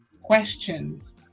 questions